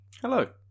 Hello